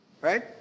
Right